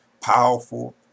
powerful